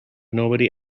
nobody